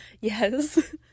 yes